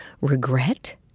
Regret